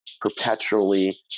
perpetually